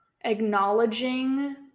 acknowledging